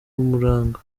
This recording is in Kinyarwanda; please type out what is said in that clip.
umuranga